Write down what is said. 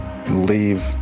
leave